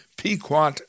Pequot